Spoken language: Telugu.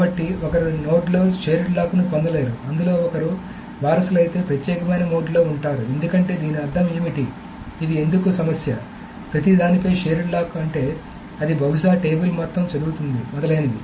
కాబట్టి ఒకరు నోడ్లో షేర్డ్ లాక్ని పొందలేరు అందులో ఒకరు వారసులైతే ప్రత్యేకమైన మోడ్లో ఉంటారు ఎందుకంటే దీని అర్థం ఏమిటి ఇది ఎందుకు సమస్య ప్రతి దానిపై షేర్డ్ లాక్ అంటే అది బహుశా టేబుల్ మొత్తం చదువుతోంది మొదలైనవి